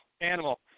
Animal